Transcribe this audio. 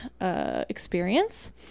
experience